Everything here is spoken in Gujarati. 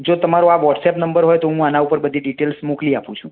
જો તમારો આ વોટ્સએપ નંબર હોય તો હું આના ઉપર બધી ડિટેલ્સ મોકલી આપું છું